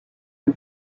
you